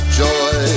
joy